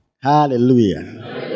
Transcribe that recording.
Hallelujah